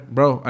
Bro